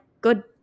good